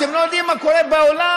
אתם לא יודעים מה קורה בעולם.